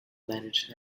managed